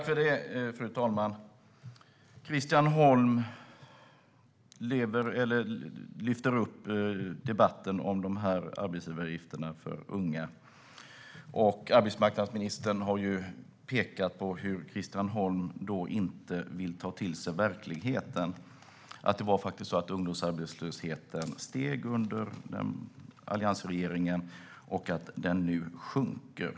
Fru talman! Christian Holm lyfter upp debatten om arbetsgivaravgifterna för unga. Arbetsmarknadsministern har pekat på att Christian Holm inte vill ta till sig verkligheten, att ungdomsarbetslösheten faktiskt steg under alliansregeringen och att den nu sjunker.